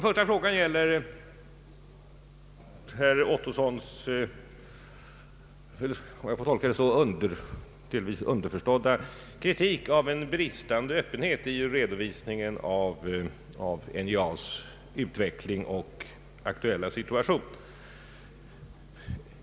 Först gäller det herr Ottossons delvis underförstådda kritik av en bristande öppenhet i redovisningen av NJA:s utveckling och ekonomiska situation.